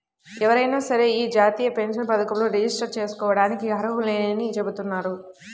ఎవరైనా సరే యీ జాతీయ పెన్షన్ పథకంలో రిజిస్టర్ జేసుకోడానికి అర్హులేనని చెబుతున్నారు